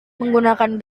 menggunakan